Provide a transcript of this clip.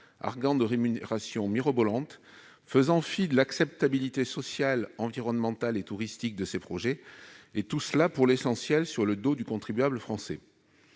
exigeant des rémunérations mirobolantes et faisant fi de l'acceptabilité sociale, environnementale et touristique de tels projets, tout cela, pour l'essentiel, sur le dos du contribuable français.